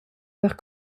per